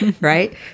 right